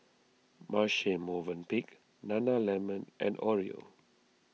Marche Movenpick Nana Lemon and Oreo